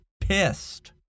pissed